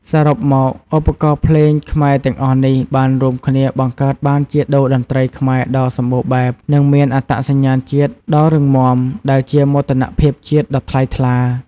សរុបមក ឧបករណ៍ភ្លេងខ្មែរទាំងអស់នេះ បានរួមគ្នាបង្កើតបានជាតូរ្យតន្ត្រីខ្មែរដ៏សម្បូរបែប និងមានអត្តសញ្ញាណជាតិដ៏រឹងមាំ ដែលជាមោទនភាពជាតិដ៏ថ្លៃថ្លា។